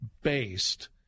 based